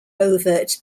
overt